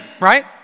right